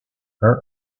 her